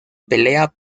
pelea